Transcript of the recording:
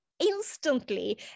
Instantly